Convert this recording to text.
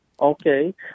Okay